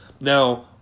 Now